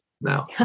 now